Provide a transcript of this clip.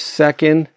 second